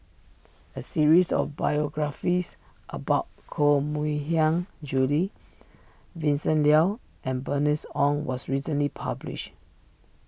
a series of biographies about Koh Mui Hiang Julie Vincent Leow and Bernice Ong was recently published